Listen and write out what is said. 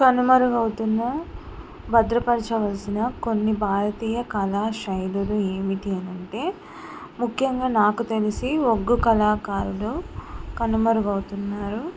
కనుమరుగవుతున్న భద్రపరచవలసిన కొన్ని భారతీయ కళా శైలులు ఏమిటి అని అంటే ముఖ్యంగా నాకు తెలిసి ఒగ్గు కళాకారులు కనుమరుగవుతున్నారు